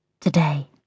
today